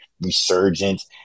resurgence